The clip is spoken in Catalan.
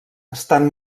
estan